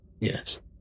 Yes